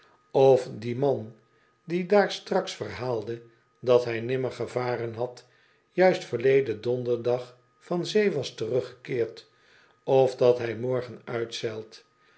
of dat die man die daar straks verhaalde dat hij nimmer gevaren had juist verleden donderdag van zee was teruggekeerd of dat hij morgen uitzeilt